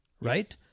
right